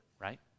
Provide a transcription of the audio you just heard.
Right